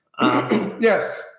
Yes